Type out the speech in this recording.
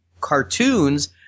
cartoons